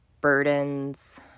burdens